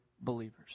believers